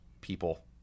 people